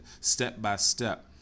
step-by-step